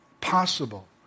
possible